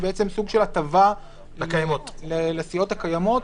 שלמעשה יש כאן סוג של הטבה לסיעות הקיימות,